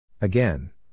Again